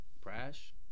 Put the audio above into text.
brash